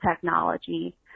technology